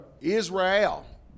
Israel